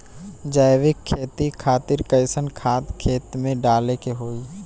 जैविक खेती खातिर कैसन खाद खेत मे डाले के होई?